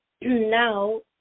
now